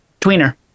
tweener